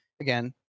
again